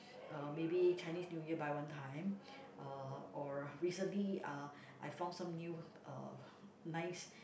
uh maybe Chinese New Year buy one time uh or recently uh I found some new uh nice